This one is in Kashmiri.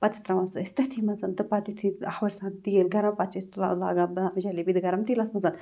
پَتہٕ چھِ ترٛاوان سُہ أسۍ تٔتھی منٛز تہٕ پَتہٕ یُتھُے ہورٕ چھِ آسان تیٖل گَرَم پَتہٕ چھِ أسۍ تُلان لاگان بَناوان جَلیبی تہٕ گَرَم تیٖلَس مںٛز